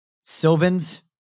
Sylvans